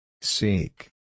Seek